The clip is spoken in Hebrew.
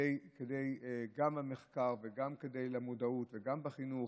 גם במחקר וגם במודעות וגם בחינוך,